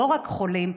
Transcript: לא רק חולים,